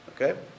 okay